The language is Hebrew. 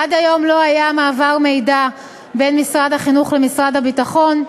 עד היום לא היה מעבר מידע בין משרד החינוך למשרד הביטחון,